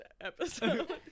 episode